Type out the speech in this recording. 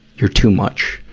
you're too much.